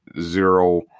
zero